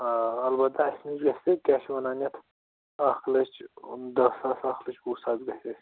آ البتہ اَسہِ نِش گژھِ کیٛاہ چھِ وَنان یَتھ اَکھ لَچھ دَہ ساس اَکھ لَچھ وُہ ساس گژھِ اَسہِ